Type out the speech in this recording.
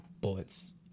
bullets